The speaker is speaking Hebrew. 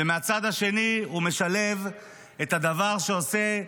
מהצד השני הוא משלב את הדבר שעושה,